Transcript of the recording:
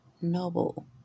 Noble